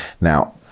Now